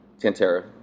Tantera